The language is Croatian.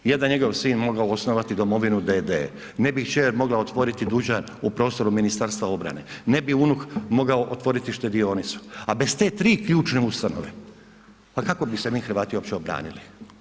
Ne bi jedan njegov sin mogao osnovati domovinu d.d., ne bi kćer mogla otvoriti dućan u prostoru Ministarstva obrane, ne bi unuk mogao otvoriti štedionicu a bez te tri ključne ustanove pa kako bi se mi Hrvati uopće obranili?